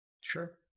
sure